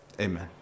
Amen